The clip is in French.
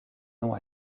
non